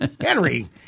Henry